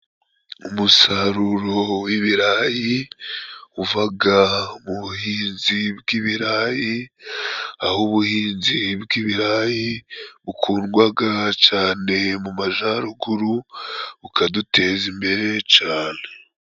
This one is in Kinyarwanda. Umusaruro w'ibirayi uvaga mu buhinzi bw'ibirayi, aho ubuhinzi bw'ibirayi bukundwaga cane mu majyaruguru, bukaduteza imbere cane.